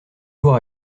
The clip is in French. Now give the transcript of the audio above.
jours